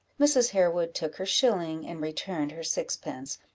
mrs. harewood took her shilling, and returned her sixpence,